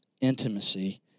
intimacy